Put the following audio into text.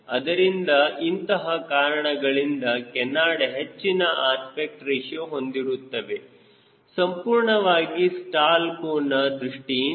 ಆದ್ದರಿಂದ ಇಂತಹ ಕಾರಣಗಳಿಂದ ಕೇನಾರ್ಡ್ ಹೆಚ್ಚಿನ ಅಸ್ಪೆಕ್ಟ್ ರೇಶಿಯೋ ಹೊಂದಿರುತ್ತವೆ ಸಂಪೂರ್ಣವಾಗಿ ಸ್ಟಾಲ್ ಕೋನ ದೃಷ್ಟಿಯಿಂದ